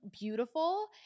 beautiful